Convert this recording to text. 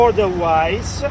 Otherwise